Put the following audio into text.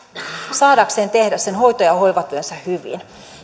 saadakseen tehdä sen hoito ja hoivatyönsä hyvin